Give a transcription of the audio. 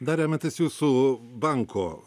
dar remiantis jūsų banko